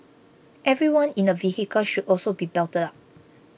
everyone in a vehicle should also be belted up